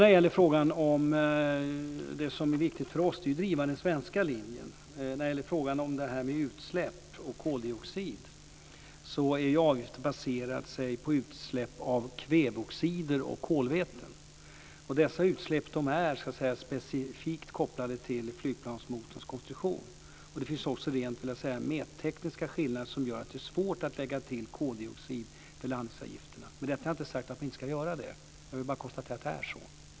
När det gäller frågan om det som är viktigt för oss är ju det att driva den svenska linjen. När det gäller frågan om utsläpp och koldioxid är avgiften baserad på utsläpp av kväveoxider och kolväten. Dessa utsläpp är specifikt kopplade till flygplansmotorns konstruktion. Det finns också rent mättekniska skillnader som gör att det är svårt att lägga till koldioxid när det gäller landningsavgifterna. Med detta har jag inte sagt att man inte ska göra det. Jag vill bara konstatera att det är så.